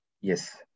Yes